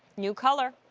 new color.